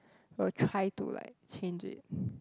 we'll try to like change it